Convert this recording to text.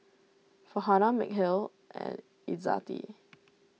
Farhanah Mikhail and Izzati